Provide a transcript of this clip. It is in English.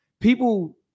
people